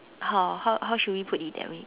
how how how should we put it that way